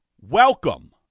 welcome